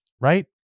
right